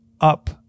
up